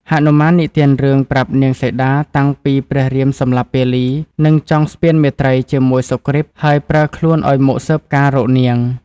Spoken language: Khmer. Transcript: ហនុមាននិទានរឿងប្រាប់នាងសីតាតាំងពីព្រះរាមសម្លាប់ពាលី និងចងស្ពានមេត្រីជាមួយសុគ្រីពហើយប្រើខ្លួនឱ្យមកស៊ើបការណ៍រកនាង។